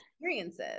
experiences